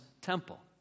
temple